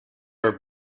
her